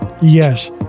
Yes